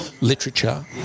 literature